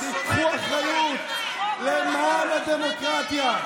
תראו איך נראה השיח איתכם.